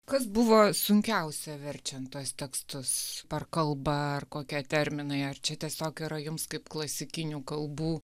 kas buvo sunkiausia verčiant tuos tekstus ar kalba ar kokie terminai ar čia tiesiog yra jums kaip klasikinių kalbų